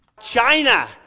China